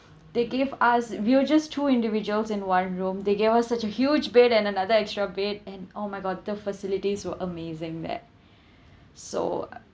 they gave us we were just two individuals in one room they gave us such a huge bed and another extra bed and oh my god the facilities were amazing that so uh